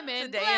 Today